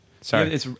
Sorry